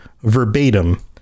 verbatim